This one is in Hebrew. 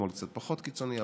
שמאל קצת פחות קיצוני,